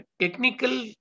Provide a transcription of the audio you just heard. technical